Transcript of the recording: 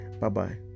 Bye-bye